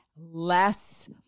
less